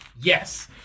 Yes